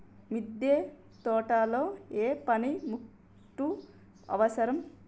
మిద్దె తోటలో ఏ పనిముట్లు అవసరం?